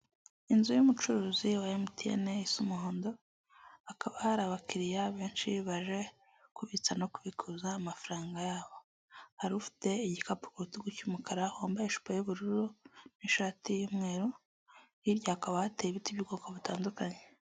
Inzu y'umucuruzi wa MTN isa umuhondo, hakaba hari abakiriya benshi baje kubitsa no kubikuza amafaranga y'abo, hari ufite igikapu ku rutugu cy'umukara, wambaye ijipo y'ubururu n'ishati y'umweru, hirya hakaba hateye ibiti by'ubwoko butandukanye.